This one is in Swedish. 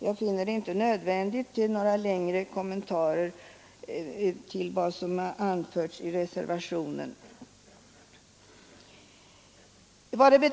Jag finner det inte nödvändigt att göra några längre kommentarer till vad som anförts i reservationen.